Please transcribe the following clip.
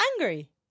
angry